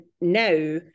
now